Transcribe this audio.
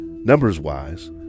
Numbers-wise